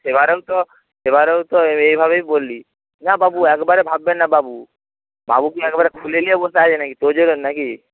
সেবারেও তো সেবারেও তো এইভাবেই বললি না বাবু একবারে ভাববেন না বাবু বাবু কী একবারে খুলে নিয়ে বসে আছেন নাকি তোর জন্য নাকি